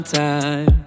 time